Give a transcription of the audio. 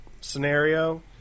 scenario